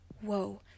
whoa